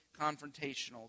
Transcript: confrontational